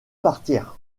partir